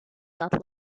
that